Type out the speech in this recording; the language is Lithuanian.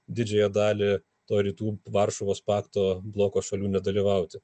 didžiąją dalį to rytų varšuvos pakto bloko šalių nedalyvauti